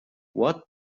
what